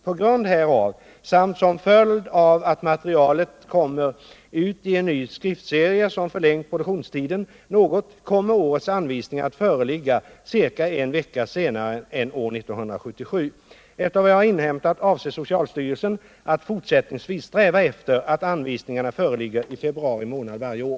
På grund härav samt som följd av att materialet kommer ut i en ny skriftserie som förlängt produktionstiden något kommer årets anvisningar att föreligga ca en 89 vecka senare än år 1977. Efter vad jag har inhämtat avser socialstyrelsen att fortsättningsvis sträva efter att anvisningarna föreligger i februari månad varje år.